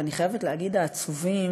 ואני חייבת להגיד העצובים,